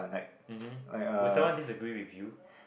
mmhmm will someone disagree with you